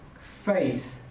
faith